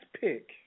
pick